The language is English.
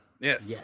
Yes